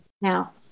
Now